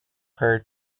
her